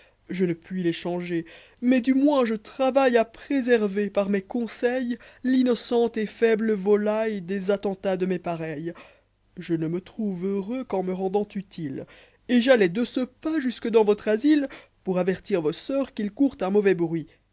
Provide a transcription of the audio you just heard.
je ne puis les changer mais du moins je travaille a préserver par mes conseils l'innocente et foible volaille des attentats de nies pareils je ne me trouve heureux qu'en me rendant utile et j'allois de ce pas jusque dans votre asile pour avertir vos soexxa qu'il court un mauvais bruit